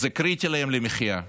הוא קריטי להם למחיה.